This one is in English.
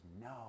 no